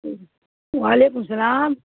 وعلیکم السلام